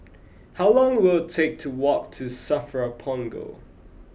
how long will it take to walk to Safra Punggol